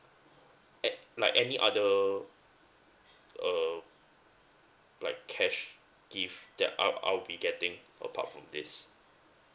a~ like any other uh like cash gift that I'll I'll be getting apart from this